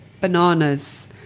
bananas